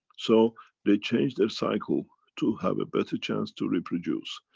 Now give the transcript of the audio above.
so they change their cycle to have a better chance to reproduce,